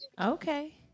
Okay